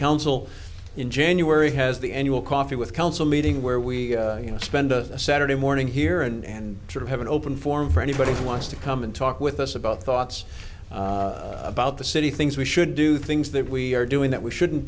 council in january has the annual coffee with council meeting where we you know spend a saturday morning here and sort of have an open forum for anybody who wants to come and talk with us about thoughts about the city things we should do things that we are doing that we shouldn't